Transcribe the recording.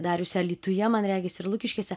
dariusi alytuje man regis ir lukiškėse